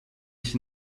się